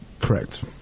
Correct